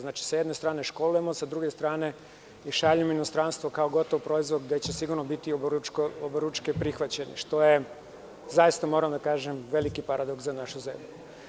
Znači, sa jedne strane školujemo, sa druge strane šaljemo u inostranstvo kao gotov proizvod gde će sigurno biti oberučke prihvaćen, što je zaista veliki paradoks za našu zemlju.